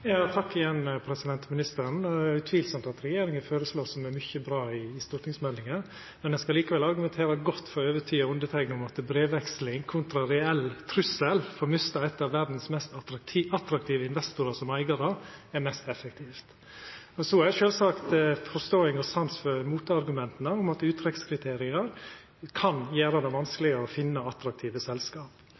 ministeren. Det er utvilsamt at regjeringa føreslår mykje som er bra i stortingsmeldinga, men ein skal likevel argumentera godt for å overtyda underteikna om at brevveksling kontra reell trussel opp mot å mista ein av verdas mest attraktive investorar som eigarar, er mest effektivt. Så har eg sjølvsagt forståing for og sans for motargumenta om at uttrekkskriterium kan gjera det vanskeleg å finna attraktive selskap.